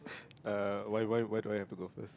uh why why why do I have to go first